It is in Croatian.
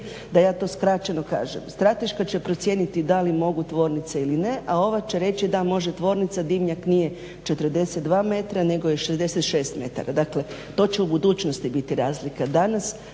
Da ja to skraćeno kažem, strateška će procijeniti da li mogu tvornice ili ne a ova će reći da može tvornica dimnjak nije 42m nego je 66m, dakle to će u budućnosti biti razlika. Danas